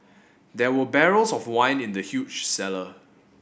there were barrels of wine in the huge cellar